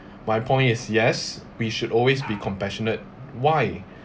my point is yes we should always be compassionate why